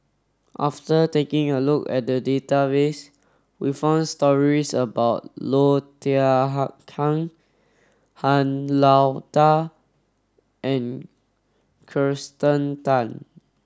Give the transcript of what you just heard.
after taking a look at the database we found stories about Low Thia Khiang Han Lao Da and Kirsten Tan